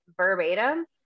verbatim